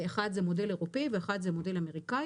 אחד זה מודל אירופאי ואחד זה מודל אמריקאי